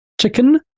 Chicken